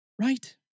right